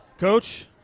Coach